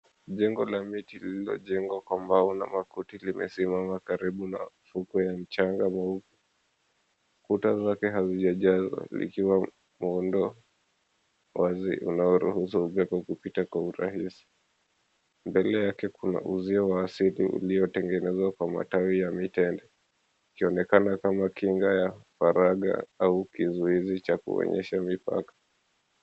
Jengo la miti lililojengwa kwa mbao na makuti limesimama karibu na fukwe ya mchanga mweupe. Kuta zake hazijajazwa ikiwa ni muundo wazi unaoruhusu upepo kupita kwa urahisi. Mbele yake kuna uzio wa asili uliotengenezwa kwa matawi ya mitende ukionekana kama kinga ya faragha au kizuizi cha kuonyesha mipaka.